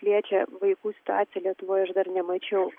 liečia vaikų situaciją lietuvoje aš dar nemačiau